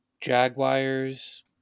Jaguars